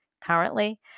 currently